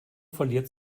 verliert